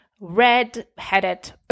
red-headed